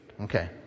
Okay